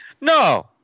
No